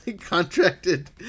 contracted